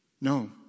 No